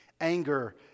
Anger